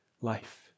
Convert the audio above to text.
life